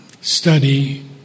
study